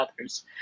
others